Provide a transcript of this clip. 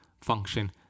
function